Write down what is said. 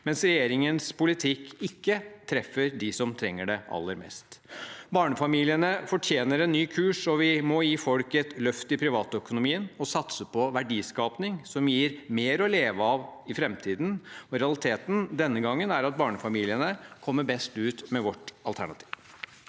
mens regjeringens politikk ikke treffer dem som trenger det aller mest. Barnefamiliene fortjener en ny kurs. Vi må gi folk et løft i privatøkonomien og satse på verdiskaping, som gir mer å leve av i framtiden. Realiteten denne gangen er at barnefamiliene kommer best ut med vårt alternativ.